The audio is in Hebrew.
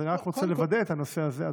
אז אני רק רוצה לוודא את הנושא הזה,